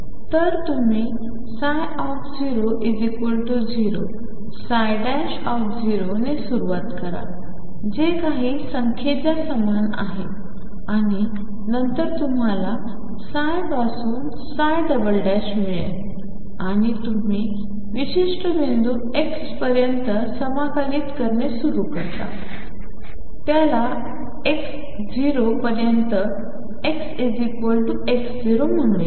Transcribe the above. तर तुम्ही 00 0 ने सुरु करा जे काही संख्येच्या समान आहेत आणि नंतर तुम्हाला ψ पासून मिळेल आणि तुम्ही विशिष्ट बिंदू x पर्यंत समाकलित करणे सुरू करता त्याला x0 पर्यंत xx0 म्हणूया